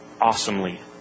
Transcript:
awesomely